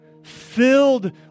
Filled